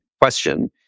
question